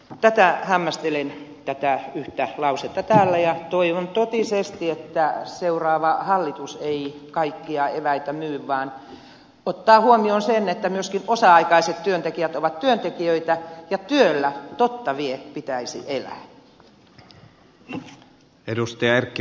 tätä yhtä lausetta hämmästelen täällä ja toivon totisesti että seuraava hallitus ei kaikkia eväitä myy vaan ottaa huomioon sen että myöskin osa aikaiset työntekijät ovat työntekijöitä ja työllä totta vie pitäisi elää